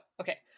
okay